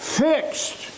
fixed